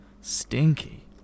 stinky